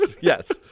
Yes